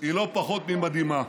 היא לא פחות ממדהימה.